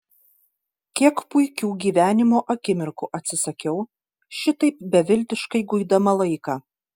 kiek puikių gyvenimo akimirkų atsisakiau šitaip beviltiškai guidama laiką